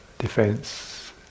Defense